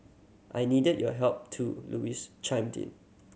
I needed your help too Louise chimed in